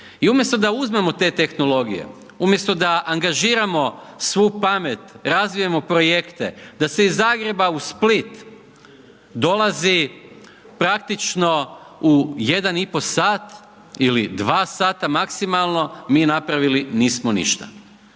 I umjesto da uzmemo te tehnologije, umjesto da angažiramo svu pamet, razvijemo projekte, da se iz Zagreba u Split dolazi praktično u 1,5 sat ili 2 sata maksimalno mi napravili nismo ništa.